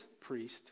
priest